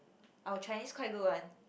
our Chinese quite good one